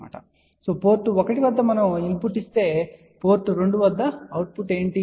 కాబట్టి పోర్ట్ 1 వద్ద మనము ఇన్ పుట్ ఇస్తే పోర్ట్ 2 వద్ద అవుట్ పుట్ ఏమిటి